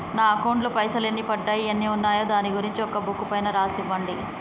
నా అకౌంట్ లో పైసలు ఎన్ని పడ్డాయి ఎన్ని ఉన్నాయో దాని గురించి ఒక బుక్కు పైన రాసి ఇవ్వండి?